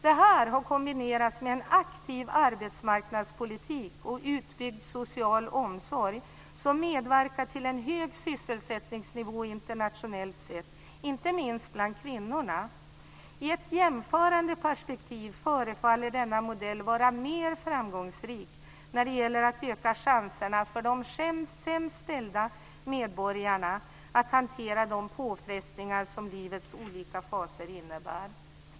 Detta har kombinerats med en aktiv arbetsmarknadspolitik och utbyggd social omsorg som medverkat till en hög sysselsättningsnivå internationellt sett, inte minst bland kvinnorna. I ett jämförande perspektiv förefaller denna modell vara mer framgångsrik när det gäller att öka chanserna för de sämst ställda medborgarna att hantera de påfrestningar som livets olika faser innebär."